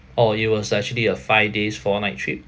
oh it was actually a five days four night trip